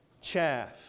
Chaff